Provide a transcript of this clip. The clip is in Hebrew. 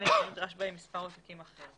אלא אם כן נדרש בהם מספר עותקים אחר.